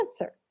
answer